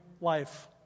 life